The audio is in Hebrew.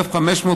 1,500,